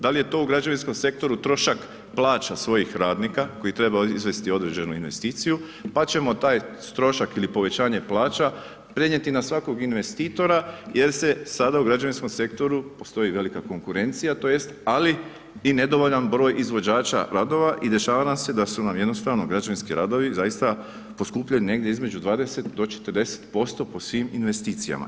Da li je to u građevinskom sektoru trošak plaća svojih radnika koji treba izvesti određenu investiciju pa ćemo taj trošak ili povećanje plaća prenijeti na svakog investitora jer se sada u građevinskom sektoru, postoji velika konkurencija, tj. ali i nedovoljan broj izvođača radova i dešava nam se da su nam jednostavno građevinski radovi zaista poskupljuju negdje između 20 do 40% po svim investicijama.